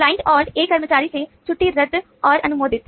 client और एक कार्यकारी से छुट्टी रद्द और अनुमोदित